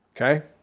Okay